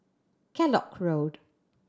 Kellock Road